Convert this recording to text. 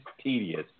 tedious